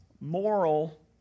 moral